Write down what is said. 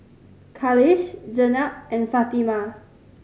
Khalish Jenab and Fatimah